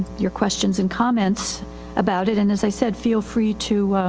your questions and comments about it. and as i said, feel free to,